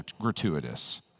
gratuitous